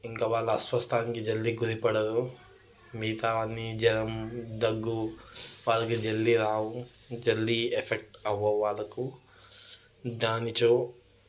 ఇంకా బాగా అస్వస్థనికి జల్దీ గురిపడరు మిగతావి అన్నీ జరము దగ్గు వాళ్ళకి జల్దీ రావు జల్దీ ఎఫెక్ట్ అవ్వవు వాళ్ళకు దానిచో